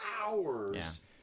hours